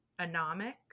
anomic